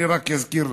אני רק אזכיר לכם,